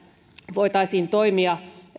voitaisiin toimia